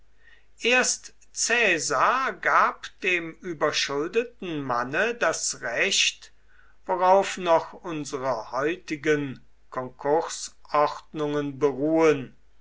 erst caesar gab dem überschuldeten manne das recht worauf noch unsere heutigen konkursordnungen beruhen